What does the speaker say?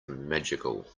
magical